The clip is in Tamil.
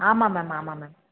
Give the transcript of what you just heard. ஆமாம் மேம் ஆமாம் மேம்